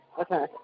Okay